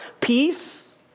peace